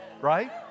Right